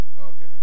Okay